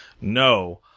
No